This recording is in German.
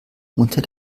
unter